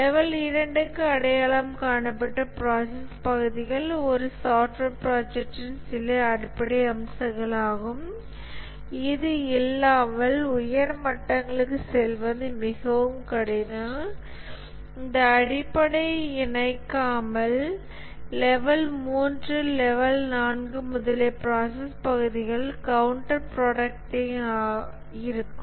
level 2 க்கு அடையாளம் காணப்பட்ட ப்ராசஸ் பகுதிகள் ஒரு சாஃப்ட்வேர் ப்ராஜெக்ட்டின் சில அடிப்படை அம்சங்களாகும் இது இல்லாமல் உயர் மட்டங்களுக்கு செல்வது மிகவும் கடினம் இந்த அடிப்படை இணைக்காமல் லெவல் 3 லெவல் 4 முதலியன ப்ராசஸ் பகுதிகள் கவுண்டர் புரோடக்ட்டிவ் இருக்கும்